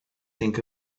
think